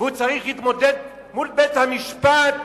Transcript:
והוא צריך להתמודד מול בית-המשפט,